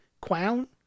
clown